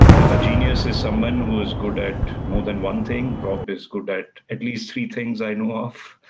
a genius is someone who is good at more than one thing. rob is good at at least three things i know of.